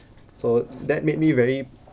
so that made me very